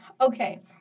okay